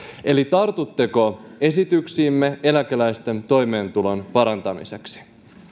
eli tartutteko esityksiimme eläkeläisten toimeentulon parantamiseksi